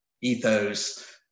ethos